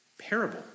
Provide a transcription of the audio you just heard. parable